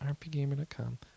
rpgamer.com